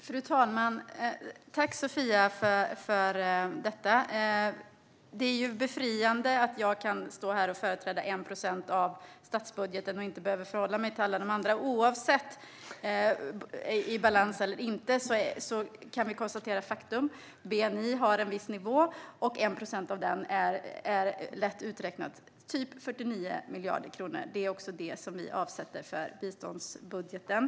Fru talman! Tack för detta, Sofia! Det är befriande att jag kan stå här och företräda 1 procent av statsbudgeten och inte behöver förhålla mig till alla de andra. Oavsett balans eller inte kan vi konstatera faktum: Bni ligger på en viss nivå, och 1 procent av bni är lätt uträknat - typ 49 miljarder kronor. Det är också det vi avsätter för biståndsbudgeten.